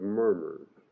murmurs